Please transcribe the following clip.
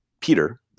Peter